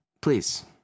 Please